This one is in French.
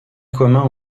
commun